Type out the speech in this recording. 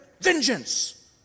vengeance